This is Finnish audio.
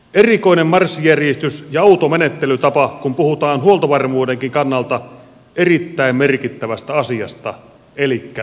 erikoinen marssijärjestys ja outo menettelytapa kun puhutaan huoltovarmuudenkin kannalta erittäin merkittävästä asiasta elikkä ruuasta